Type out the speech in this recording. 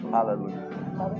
Hallelujah